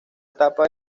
etapa